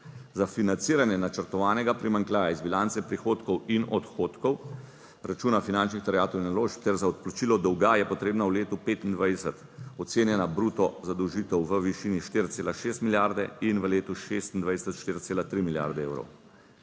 Za financiranje načrtovanega primanjkljaja iz bilance prihodkov in odhodkov, računa finančnih terjatev in naložb ter za odplačilo dolga je potrebna v letu 2025 ocenjena bruto zadolžitev v višini 4,6 milijarde in v letu 2026 4,3 milijarde evrov.